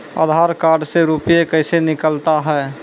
आधार कार्ड से रुपये कैसे निकलता हैं?